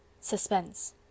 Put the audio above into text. Suspense